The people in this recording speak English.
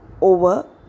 over